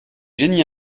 génie